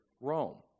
Rome